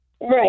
Right